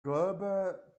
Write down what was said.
global